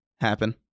happen